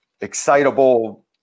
excitable